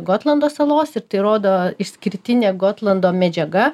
gotlando salos ir tai rodo išskirtinė gotlando medžiaga